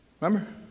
Remember